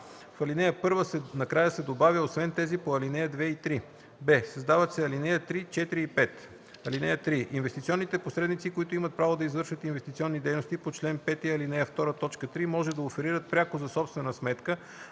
а) в ал. 1 накрая се добавя „освен тези по ал. 2 и 3”; б) създават се ал. 3, 4 и 5: „(3) Инвестиционните посредници, които имат право да извършват инвестиционни дейности по чл. 5, ал. 2, т. 3, може да оферират пряко за собствена сметка,